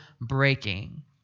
breaking